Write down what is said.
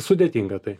sudėtinga tai